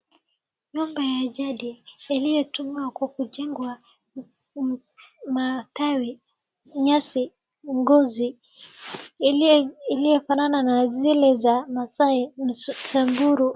Nyumba ya jadi iliyotungwa kwa kujengwa na matawi, nyasi, ngozi, iliyofanana na zile za maasai Samburu.